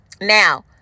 Now